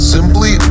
Simply